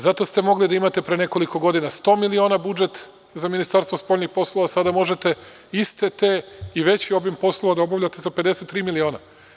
Zato ste mogli da imate pre nekoliko godina 100 miliona budžet za Ministarstvo spoljnih poslova, a sada možete iste te i veći obim poslova da obavljate sa 53 miliona.